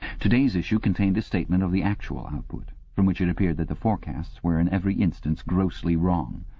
today's issue contained a statement of the actual output, from which it appeared that the forecasts were in every instance grossly wrong.